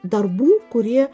darbų kurie